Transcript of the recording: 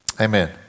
amen